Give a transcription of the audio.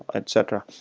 etc.